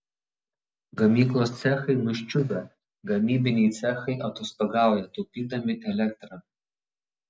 gamyklos cechai nuščiuvę gamybiniai cechai atostogauja taupydami elektrą